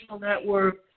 network